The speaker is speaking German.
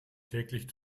täglich